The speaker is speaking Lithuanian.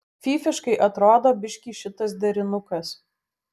fyfiškai atrodo biškį šitas derinukas